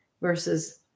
versus